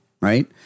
right